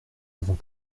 avons